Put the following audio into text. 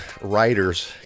writers